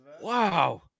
Wow